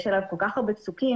יש עליו כל כך הרבה פסוקים,